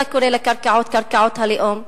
אתה קורא לקרקעות "קרקעות הלאום".